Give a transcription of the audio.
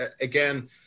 again